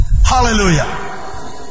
Hallelujah